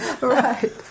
Right